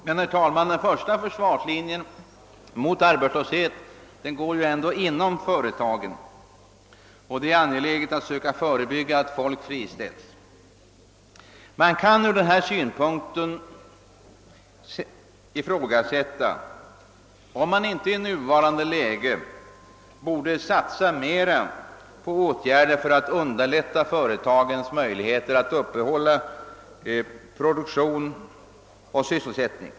Men, herr talman, den första försvarslinjen mot arbetslöshet går ändå inom företagen. Det är angeläget att söka förebygga att människor friställs. Ur denna synpunkt kan ifrågasättas, om vi inte i nuvarande läge borde satsa mer på åtgärder för att öka företagens möjligheter att upprätthålla produktion och sysselsättning.